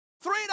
Three